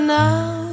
now